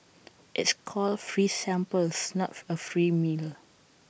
it's called free samples not A free meal